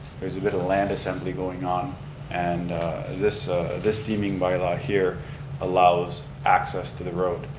there's a bit of land assembly going on and this this deeming bylaw here allows access to the road.